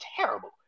terrible